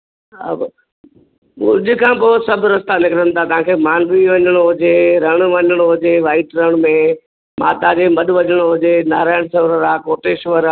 अब भुॼ खां पोइ सभु रस्ता निकिरनि था तव्हांखे मांडवी वञिणो हुजे रणु वञिणो हुजे वाइट रण में मां जे मद वञिणो हुजे नारायण सरोवरु आहे कोटेश्वर आहे